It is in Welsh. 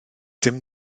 dim